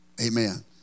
Amen